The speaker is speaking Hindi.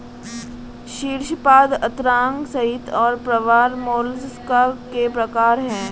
शीर्शपाद अंतरांग संहति और प्रावार मोलस्का के प्रकार है